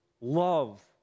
love